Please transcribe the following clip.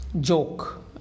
Joke